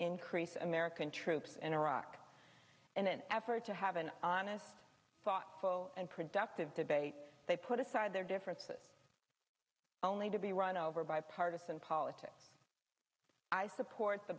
increase american troops in iraq in an effort to have an honest thoughtful and productive debate they put aside their differences only to be run over by partisan politics i support the